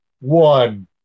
one